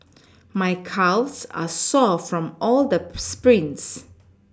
my calves are sore from all the sprints